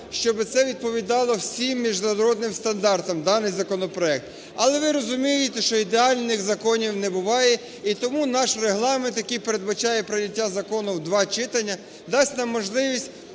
щоби це відповідало всім міжнародним стандартам, даний законопроект. Але ви розумієте, що ідеальних законів не буває, і тому наш Регламент, який передбачає прийняття закону в два читання, дасть нам можливість